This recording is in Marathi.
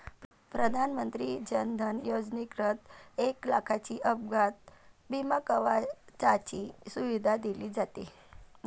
प्रधानमंत्री जन धन योजनेंतर्गत एक लाखाच्या अपघात विमा कवचाची सुविधा दिली जाते